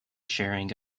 sharing